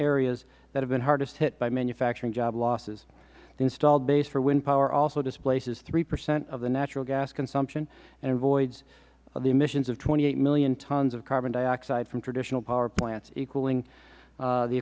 areas that have been hardest hit by manufacturing job losses the installed base for wind power also displaces three percent of the natural gas consumption and avoids the emissions of twenty eight million tons of carbon dioxide from traditional power plants